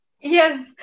Yes